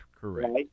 correct